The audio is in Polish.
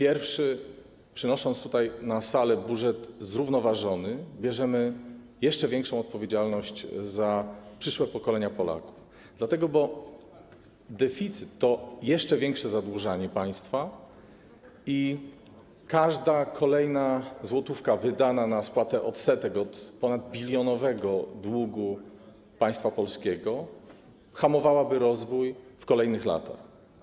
I przynosząc tutaj, na salę, po raz pierwszy budżet zrównoważony, bierzemy jeszcze większą odpowiedzialność za przyszłe pokolenia Polaków, dlatego że deficyt oznacza jeszcze większe zadłużanie państwa, a każda kolejna złotówka wydana na spłatę odsetek od ponadbilionowego długu państwa polskiego hamowałaby rozwój w kolejnych latach.